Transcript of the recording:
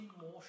more